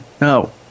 No